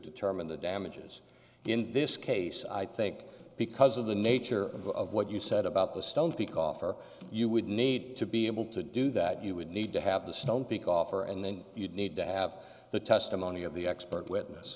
determine the damages in this case i think because of the nature of what you said about the stone peak offer you would need to be able to do that you would need to have the stumping offer and then you'd need to have the testimony of the expert witness